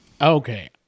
Okay